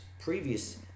previous